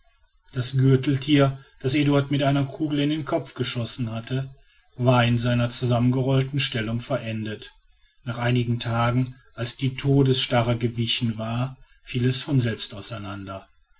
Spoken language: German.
das gürteltier das eduard mit einer kugel in den kopf geschossen hatte war in seiner zusammengerollten stellung verendet nach einigen tagen als die todesstarre gewichen war fiel es von selbst auseinander